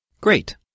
Great